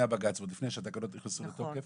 הבג"צ ועוד לפני שהתקנות נכנסו לתוקף.